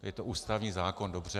Je to ústavní zákon, dobře.